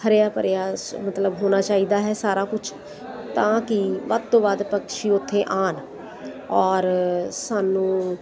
ਹਰਿਆ ਭਰਿਆ ਸ ਮਤਲਬ ਹੋਣਾ ਚਾਹੀਦਾ ਹੈ ਸਾਰਾ ਕੁਝ ਤਾਂ ਕਿ ਵੱਧ ਤੋਂ ਵੱਧ ਪਕਸ਼ੀ ਉੱਥੇ ਆਉਣ ਔਰ ਸਾਨੂੰ